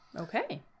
Okay